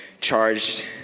charged